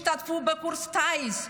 ישתתפו בקורס טיס,